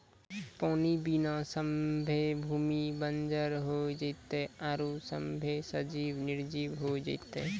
पानी बिना सभ्भे भूमि बंजर होय जेतै आरु सभ्भे सजिब निरजिब होय जेतै